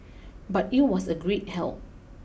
but it was a great help